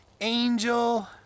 Angel